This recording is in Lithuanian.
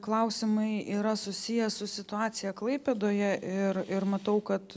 klausimai yra susiję su situacija klaipėdoje ir ir matau kad